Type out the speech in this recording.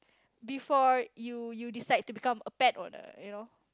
before you you decide to become a pet owner you know